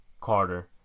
Carter